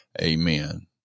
Amen